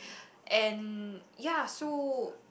and ya so